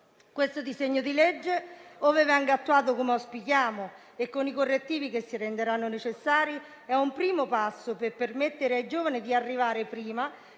Questo disegno di legge, ove venga attuato come auspichiamo e con i correttivi che si renderanno necessari, è un primo passo per permettere ai giovani di arrivare prima,